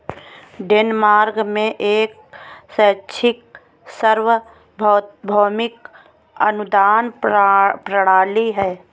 Denmark में एक शैक्षिक सार्वभौमिक अनुदान प्रणाली है